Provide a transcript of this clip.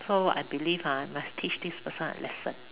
so I believe ah must teach this person a lesson